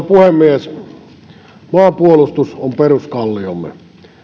puhemies maanpuolustus on peruskalliomme